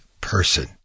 person